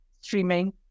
streaming